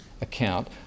account